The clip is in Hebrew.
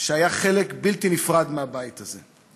שהיה חלק בלתי נפרד מהבית הזה.